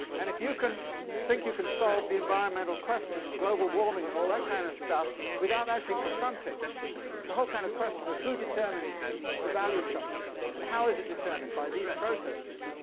and if you think you can solve the environmental question of global warming and all that kind of stuff without actually confronting the whole kind of question of who determines the value structure and how is it determined by these processes,